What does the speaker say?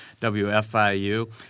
WFIU